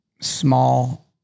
small